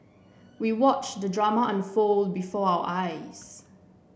we watched the drama unfold before our eyes